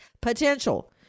Potential